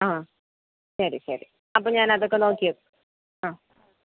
ആ ശരി ശരി അപ്പോൾ ഞാൻ അതൊക്കെ നോക്കിയേ ആ